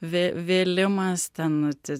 vė vėlimas ten